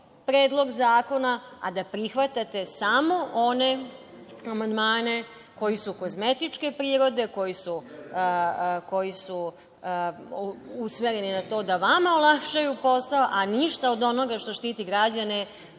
Predlog zakona, a da prihvatate samo one amandmane koji su kozmetičke prirode, koji su usmereni na to da vama olakšaju posao, a ništa od onoga što štiti građane